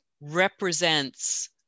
represents